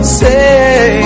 say